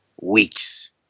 weeks